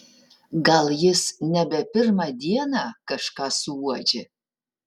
gal jis nebe pirmą dieną kažką suuodžia